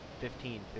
Fifteen